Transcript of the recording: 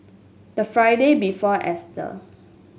the Friday before Easter